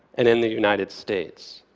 and in the united states.